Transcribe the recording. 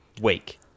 week